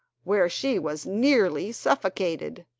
where she was nearly suffocated.